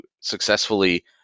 successfully